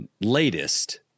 latest